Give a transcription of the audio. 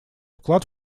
вклад